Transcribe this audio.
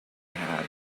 have